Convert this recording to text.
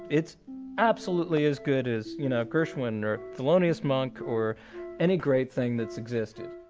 it's absolutely as good as you know gershwin or thelonious monk, or any great thing that's existed.